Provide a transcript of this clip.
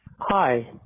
Hi